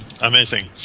Amazing